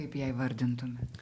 kaip ją įvardintumėt